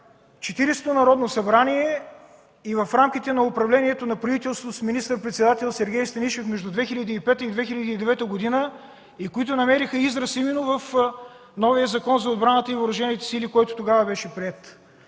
народно събрание и в рамките на управлението на правителството с министър-председател Сергей Станишев между 2005 и 2009 г., които намериха израз именно в новия Закон за отбраната и въоръжените сили, който тогава беше приет.